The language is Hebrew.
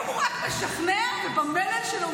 אם הוא רק משכנע במלל שלו,